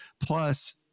plus